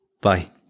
Bye